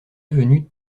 devenus